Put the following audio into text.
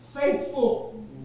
faithful